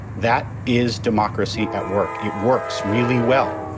that is democracy at work. it works really well.